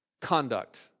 conduct